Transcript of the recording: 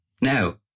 Now